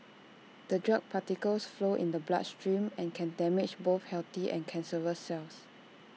the drug particles flow in the bloodstream and can damage both healthy and cancerous cells